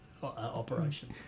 operation